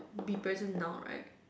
be present now right